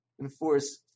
enforce